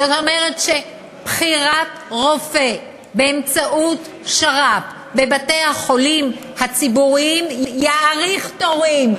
זאת אומרת שבחירת רופא באמצעות שר"פ בבתי-החולים הציבוריים תאריך תורים,